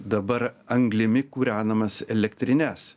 dabar anglimi kūrenamas elektrines